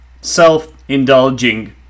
self-indulging